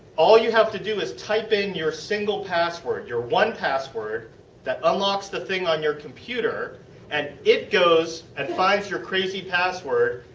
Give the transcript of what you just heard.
all you have to do is type in your single password. your one password that unlocks the thing on your computer and it goes and finds your crazy password.